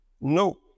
No